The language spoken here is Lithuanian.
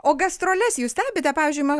o gastroles jūs stebite pavyzdžiui ma